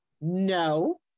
no